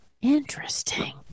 Interesting